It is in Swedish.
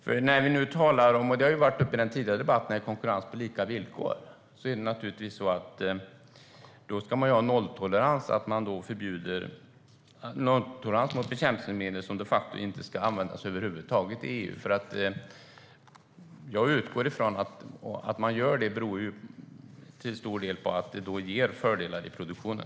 Konkurrens på lika villkor togs upp i den tidigare debatten, och det ska vara nolltolerans mot bekämpningsmedel som över huvud taget inte ska användas inom EU. Att man använder dessa beror ju till stor del på att det gör fördelar i produktionen.